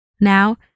Now